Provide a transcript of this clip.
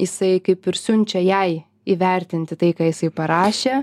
jisai kaip ir siunčia jai įvertinti tai ką jisai parašė